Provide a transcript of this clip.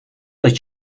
dat